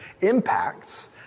impacts